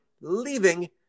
leaving